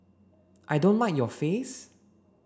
I don't mind your face